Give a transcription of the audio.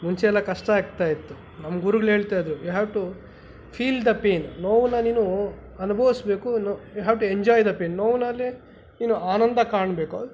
ಮುಂಚೆ ಎಲ್ಲ ಕಷ್ಟ ಆಗ್ತಾ ಇತ್ತು ನಮ್ಮ ಗುರುಗಳು ಹೇಳ್ತಾ ಇದ್ದರು you have to feel the pain ನೋವನ್ನ ನೀನು ಅನುಭವಿಸ್ಬೇಕು you have to enjoy the pain ನೋವಿನಲ್ಲೇ ನೀನು ಆನಂದ ಕಾಣಬೇಕು